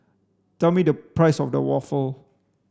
tell me the price of the waffle